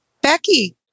Becky